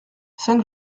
saint